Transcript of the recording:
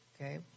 Okay